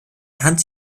hans